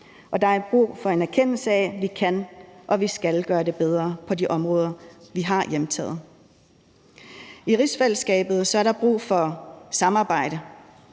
der er brug for en erkendelse af, at vi kan og skal gøre det bedre på de områder, vi har hjemtaget. I rigsfællesskabet er der brug for samarbejde.